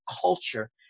culture